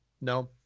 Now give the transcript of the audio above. No